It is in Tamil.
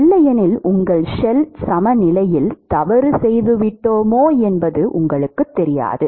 இல்லையெனில் உங்கள் ஷெல் சமநிலையில் தவறு செய்துவிட்டோமா என்பது உங்களுக்குத் தெரியாது